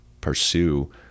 pursue